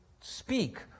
speak